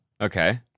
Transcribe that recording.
Okay